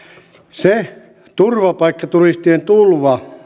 tyydytä se turvapaikkaturistien tulva